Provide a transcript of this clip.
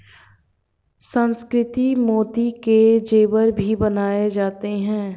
सुसंस्कृत मोती के जेवर भी बनाए जाते हैं